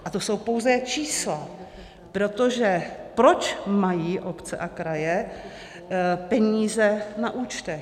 A to jsou pouze čísla, protože proč mají obce a kraje peníze na účtech?